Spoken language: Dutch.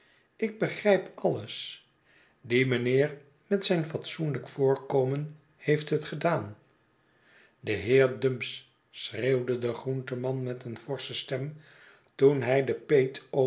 ik begrijp alles die meneer met zijnfatsoenlijk voorkomen heeft het gedaan de heer dumps schreeuwde de groenteman met een forsche stem toen hij den peetoom